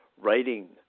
writing